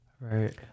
right